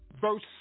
verse